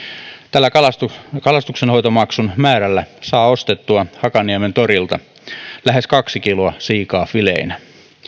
tällä kalastuksenhoitomaksun määrällä saa ostettua hakaniemen torilta lähes kaksi kiloa siikaa fileinä